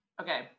Okay